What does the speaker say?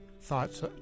thoughts